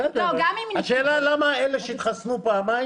השאלה, למה אלה שהתחסנו פעמיים?